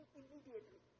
immediately